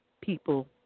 people